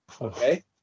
okay